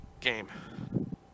Game